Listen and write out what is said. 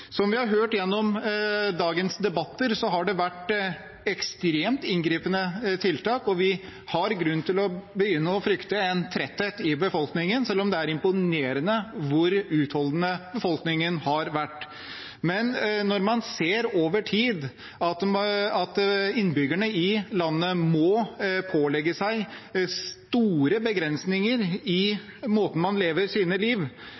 Som vi har hørt gjennom dagens debatter, har det vært ekstremt inngripende tiltak, og vi har grunn til å begynne å frykte en tretthet i befolkningen, selv om det er imponerende hvor utholdende befolkningen har vært. Når man over tid ser at innbyggerne i landet må pålegge seg store begrensninger i måten man lever sitt liv